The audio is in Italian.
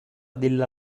della